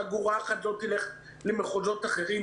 אגורה אחת לא תלך למחוזות אחרים.